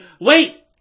wait